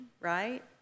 right